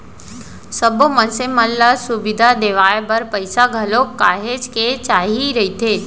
सब्बो मनसे मन ल सुबिधा देवाय बर पइसा घलोक काहेच के चाही रहिथे